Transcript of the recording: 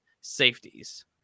safeties